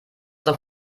doch